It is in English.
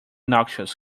noxious